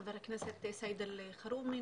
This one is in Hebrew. חבר הכנסת סעיד אלחרומי.